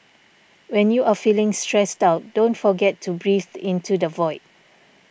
when you are feeling stressed out don't forget to breathe into the void